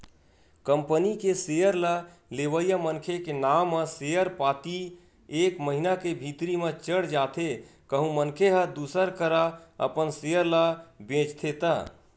company के share ल लेवइया मनखे के नांव म सेयर पाती एक महिना के भीतरी म चढ़ जाथे कहूं मनखे ह दूसर करा अपन सेयर ल बेंचथे त